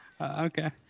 Okay